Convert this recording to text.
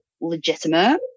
legitimate